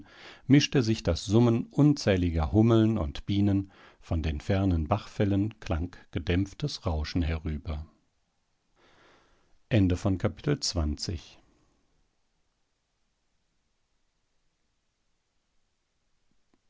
mischte sich das summen unzähliger hummeln und bienen von den fernen bachfällen klang gedämpftes rauschen herüber